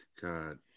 God